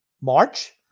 march